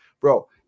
bro